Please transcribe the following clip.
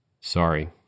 Sorry